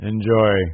Enjoy